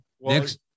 Next